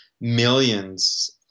millions